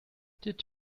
did